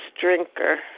Drinker